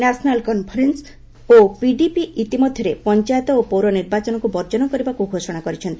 national conference ଓ PDP ଇତିମଧ୍ୟରେ ପଞ୍ଚାୟତ ଓ ପୌର ନିର୍ବାଚନକୁ ବର୍ଜନ କରିବାକୁ ଘୋଷଣା କରିଛନ୍ତି